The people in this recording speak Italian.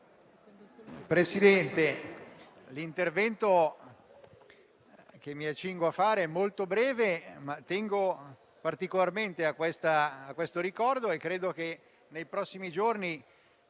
Presidente, l'intervento che mi accingo a fare è molto breve, ma tengo particolarmente a questo ricordo e credo che nei prossimi giorni